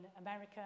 America